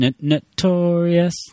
notorious